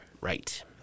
Right